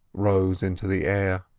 rose into the air.